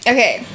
Okay